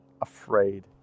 afraid